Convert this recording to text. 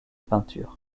peintures